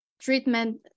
treatment